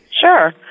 Sure